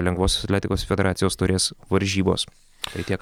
lengvosios atletikos federacijos taurės varžybos tai tiek